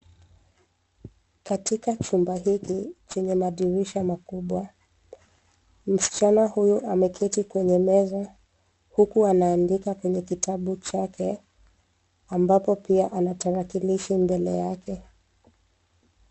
Katika chumba hiki chenye madirisha makubwa msichana huyu ameketi kwenye meza huku anandika kwenye kitabu chake ambapo pia ana tarakilishi mbele yake.